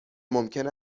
ممکن